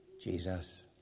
Jesus